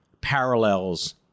parallels